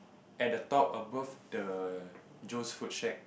at the top above the Jones food shack